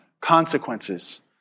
consequences